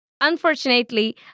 Unfortunately